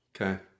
Okay